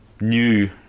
new